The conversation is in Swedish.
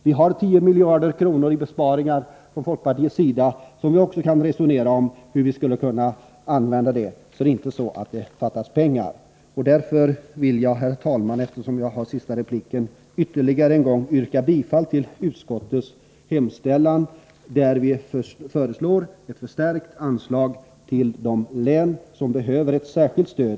Vi har 10 miljarder kronor i besparingar som folkpartiet har föreslagit, och vi kan diskutera också hur vi skulle kunna använda dem. Det är alltså inte så att det fattas pengar. Herr talman! Eftersom detta är min sista replik vill jag ytterligare en gång yrka bifall till utskottets hemställan avseende vårt förslag om ett förstärkt anslag till de län ute i glesbygderna som behöver ett särskilt stöd.